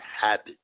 habit